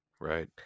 Right